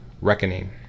reckoning